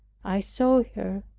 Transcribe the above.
i saw her,